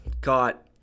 caught